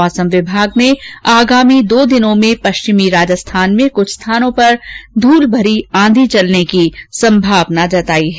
मौसम विभाग ने अगले दो दिनों में पश्चिमी राजस्थान में कुछ स्थानों पर धूल भरी आंधी चलने की संभावना जतायी है